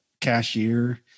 cashier